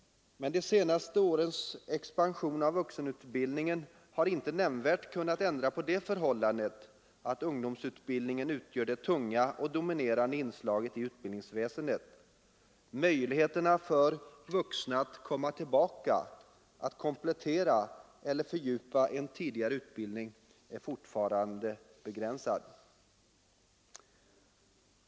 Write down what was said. Men de senaste årens expansion av vuxenutbildningen har inte nämnvärt kunnat ändra på förhållandet att ungdomsutbildningen utgör det tunga och dominerande inslaget i utbildningsväsendet. Möjligheterna för vuxna att ”komma tillbaka”, att komplettera eller fördjupa en tidigare utbildning är fortfarande begränsade.